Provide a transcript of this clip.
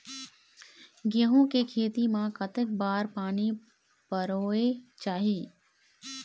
गेहूं के खेती मा कतक बार पानी परोए चाही?